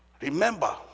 Remember